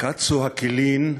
המילים.